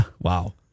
Wow